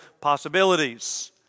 possibilities